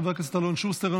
חבר הכנסת אלון שוסטר,